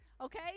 Okay